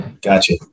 Gotcha